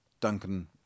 Duncan